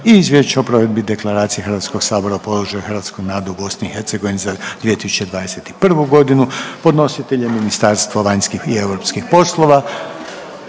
- Izvješće o provedbi Deklaracije Hrvatskoga sabora o položaju hrvatskog naroda u Bosni i Hercegovini za 2021. godinu Podnositelj je Ministarstvo vanjskih i europskih poslova.